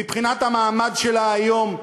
מבחינת המעמד שלה היום,